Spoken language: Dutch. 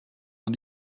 aan